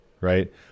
right